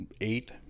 Eight